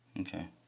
Okay